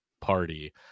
party